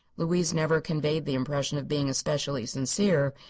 louise never conveyed the impression of being especially sincere,